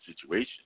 situation